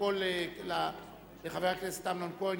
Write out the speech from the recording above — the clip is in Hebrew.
רמקול לחבר הכנסת אמנון כהן,